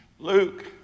Luke